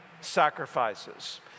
sacrifices